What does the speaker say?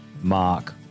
Mark